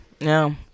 no